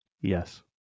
yes